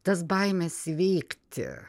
tas baimes įveikti